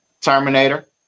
Terminator